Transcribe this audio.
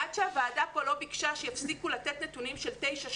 עד שהוועדה פה לא ביקשה שיפסיקו לתת נתונים של 13-9,